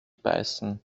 beißen